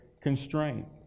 constraint